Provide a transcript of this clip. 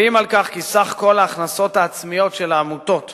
מצביעים על כך שסך ההכנסות העצמיות של העמותות